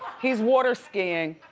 he's water skiing.